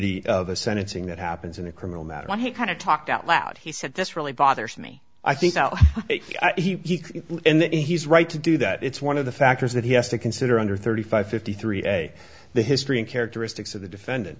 of the senate thing that happens in a criminal matter when he kind of talked out loud he said this really bothers me i think he and he's right to do that it's one of the factors that he has to consider under thirty five fifty three a the history in characteristics of the defendant